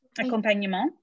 accompagnement